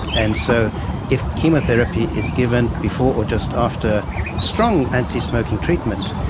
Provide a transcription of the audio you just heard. and so if chemotherapy is given before or just after strong antismoking treatment,